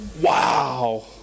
Wow